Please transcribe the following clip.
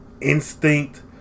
instinct